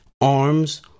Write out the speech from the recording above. arms